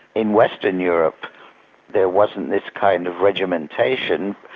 in western europe there wasn't this kind of regimentation,